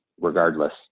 regardless